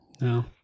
No